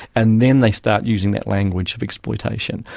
and then they start using that language of exploitation.